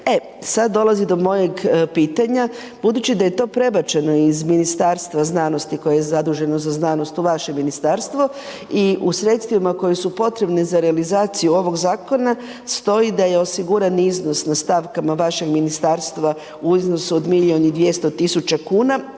E sada dolazi do mojeg pitanja, budući da je to prebačeno iz Ministarstva znanosti koje je zaduženo za znanost u vašem ministarstvo i u sredstvima koja su potrebna za realizaciju ovog zakona stoji da je osiguran iznos na stavkama vašeg ministarstva u iznosu od milijun